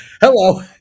hello